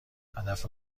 هدف